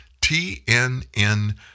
TNN